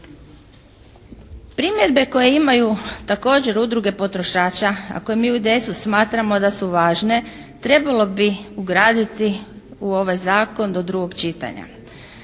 Primjedbe koje imaju također udruge potrošača a koje mi u IDS-u smatramo da su važne trebalo bi ugraditi u ovaj zakon do drugog čitanja.